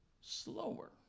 slower